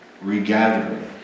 regathering